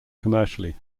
commercially